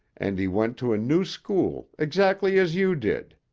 and he went to a new school exactly as you did.